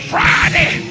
Friday